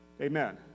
Amen